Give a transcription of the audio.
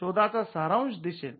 शोधाचा सारांश दिसेल